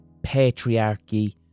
patriarchy